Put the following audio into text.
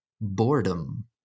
boredom